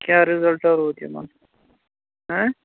کیٛاہ رِزَلٹ روٗد یِمَن